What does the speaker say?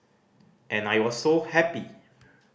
and I was so happy